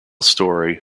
story